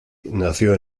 nació